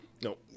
No